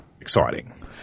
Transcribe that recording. exciting